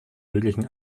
möglichen